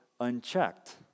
unchecked